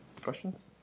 questions